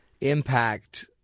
impact